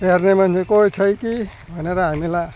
हेर्ने मान्छे कोही छ कि भनेर हामीलाई